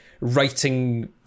writing